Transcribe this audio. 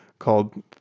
called